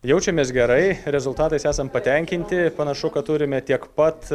jaučiamės gerai rezultatais esam patenkinti panašu kad turime tiek pat